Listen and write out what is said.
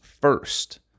first